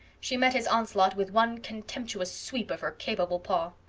she met his onslaught with one contemptuous sweep of her capable paw.